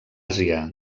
àsia